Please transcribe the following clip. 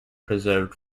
preserved